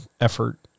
effort